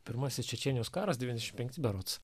pirmasis čečėnijos karas devyniasdešim penkti berods